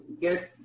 get